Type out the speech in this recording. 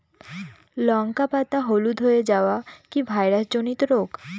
লঙ্কা পাতা হলুদ হয়ে যাওয়া কি ভাইরাস জনিত রোগ?